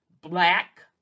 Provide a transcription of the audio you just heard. Black